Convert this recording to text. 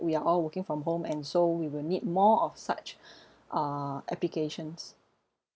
we are all working from home and so we will need more of such uh applications